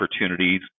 opportunities